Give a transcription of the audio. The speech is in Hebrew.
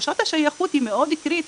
תחושת השייכות היא מאוד קריטית.